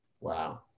Wow